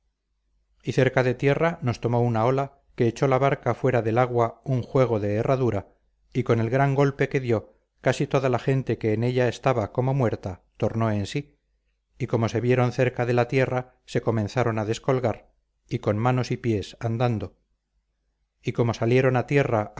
y cerca de tierra nos tomó una ola que echó la barca fuera del agua un juego de herradura y con el gran golpe que dio casi toda la gente que en ella estaba como muerta tornó en sí y como se vieron cerca de la tierra se comenzaron a descolgar y con manos y pies andando y como salieron a tierra